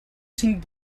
cinc